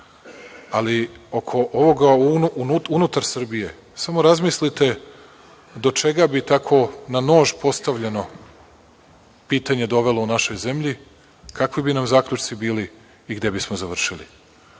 Ali, oko ovoga unutar Srbije, samo razmislite do čega bi tako na nož postavljeno pitanje dovelo u našoj zemlji, kakvi bi nam zaključci bili i gde bismo završili?